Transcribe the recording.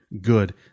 Good